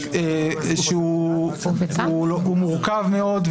שהוא מורכב מאוד,